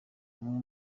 amwe